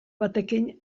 batekin